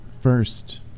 first